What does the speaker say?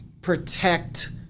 protect